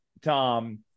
Tom